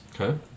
Okay